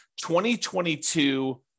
2022